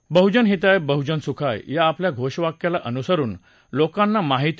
आणि बहुजन हिताय बहुजन सुखाय या आपल्या घोषवाक्याला अनुसरून लोकांना माहिती